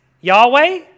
Yahweh